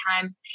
time